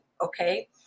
okay